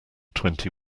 twenty